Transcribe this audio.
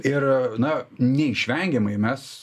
ir na neišvengiamai mes